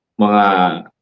mga